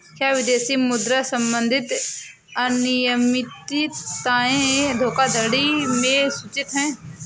क्या विदेशी मुद्रा संबंधी अनियमितताएं धोखाधड़ी में सूचित हैं?